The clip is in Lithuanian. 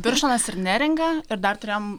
birštonas neringa ir dar turėjom